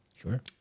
Sure